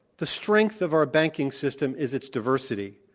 the strengths of our banking system is its diversity.